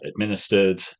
administered